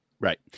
Right